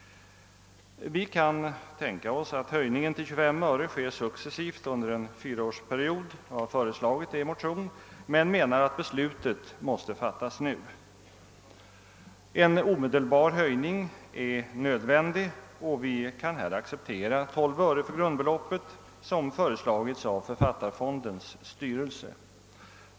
Vi kan tänka oss att höjningen till 25 öre genomförs successivt under en fyraårsperiod och har föreslagit detta i våra motioner, men vi menar att beslutet måste fattas nu. En omedelbar höjning är nödvändig, och vi kan acceptera 12 öre för grundbeloppet, vilket föreslagits av författarfondens styrelse.